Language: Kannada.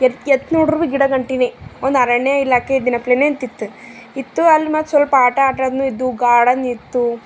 ಎತ್ತ ಎತ್ತ ನೋಡ್ರು ಗಿಡ ಗಂಟಿನೇ ಒಂದು ಅರಣ್ಯ ಇಲಾಖೆ ಇದ್ದಿನಪ್ಲೇನೇ ಅಂತಿತ್ತ ಇತ್ತು ಅಲ್ಲಿ ಮತ್ತು ಸ್ವಲ್ಪ ಆಟ ಆಟಾನು ಇದ್ದುವು ಗಾರ್ಡನಿತ್ತು